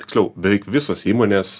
tiksliau beveik visos įmonės